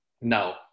No